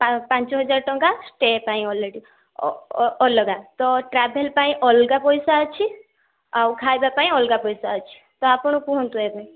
ପାଞ୍ଚ ହଜାର୍ ଟଙ୍କା ଷ୍ଟେ ପାଇଁ ଅଲରେଡ଼ି ଅଲଗା ତ ଟ୍ରାଭେଲ୍ ପାଇଁ ଅଲଗା ପଇସା ଅଛି ଆଉ ଖାଇବାପାଇଁ ଅଲଗା ପଇସା ଅଛି ତ ଆପଣ କୁହନ୍ତୁ ଏବେ